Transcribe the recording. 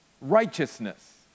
righteousness